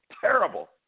terrible